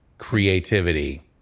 creativity